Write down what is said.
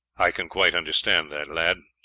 i can quite understand that, lad.